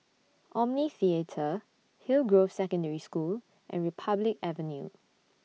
Omni Theatre Hillgrove Secondary School and Republic Avenue